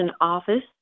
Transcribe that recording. office